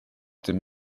dem